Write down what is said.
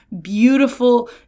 beautiful